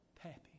Pappy